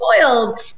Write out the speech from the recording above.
spoiled